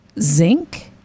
zinc